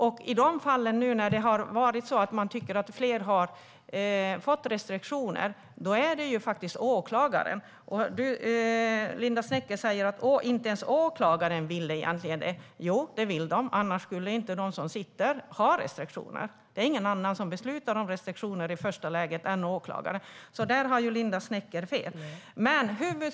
Om nu fler personer har fått restriktioner handlar det om att åklagaren har beslutat om det. Linda Snecker säger att inte ens åklagare egentligen vill ha fler restriktioner. Jo, det vill åklagarna. Annars skulle de som sitter häktade inte ha restriktioner. Det är i första instans ingen annan än åklagare som beslutar om restriktioner. Där har alltså Linda Snecker fel.